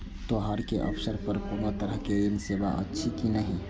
त्योहार के अवसर पर कोनो तरहक ऋण सेवा अछि कि नहिं?